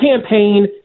campaign